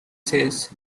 says